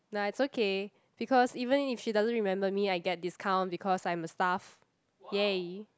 nah it's okay because even if she doesn't remember me I get discount because I am a staff yay